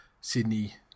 Sydney